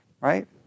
right